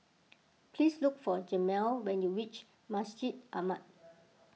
please look for Jamil when you reach Masjid Ahmad